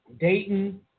Dayton